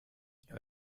jag